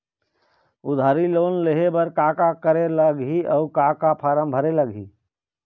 उधारी लोन लेहे बर का का करे लगही अऊ का का फार्म भरे लगही?